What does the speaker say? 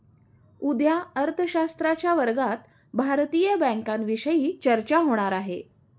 उद्या अर्थशास्त्राच्या वर्गात भारतीय बँकांविषयी चर्चा होणार आहे